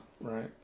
right